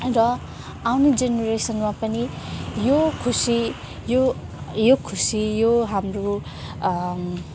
र आउने जेनरेसनमा पनि यो खुसी यो यो खुसी यो हाम्रो